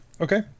Okay